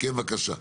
כן, בבקשה.